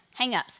hangups